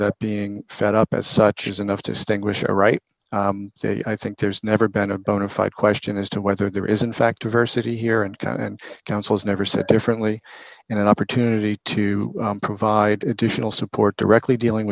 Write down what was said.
that being fed up as such is enough to distinguish a right that i think there's never been a bona fide question as to whether there is in fact diversity here and can and counsels never said differently in an opportunity to provide additional support directly dealing